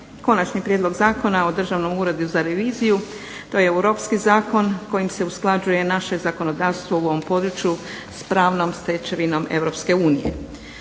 Konačni prijedlog Zakona o Državnom uredu za reviziju, to je europski zakon kojim se usklađuje naše zakonodavstvo u ovom području s pravnom stečevinom EU.